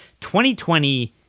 2020 –